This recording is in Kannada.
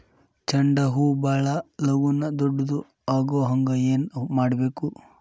ಚಂಡ ಹೂ ಭಾಳ ಲಗೂನ ದೊಡ್ಡದು ಆಗುಹಂಗ್ ಏನ್ ಮಾಡ್ಬೇಕು?